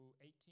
eighteen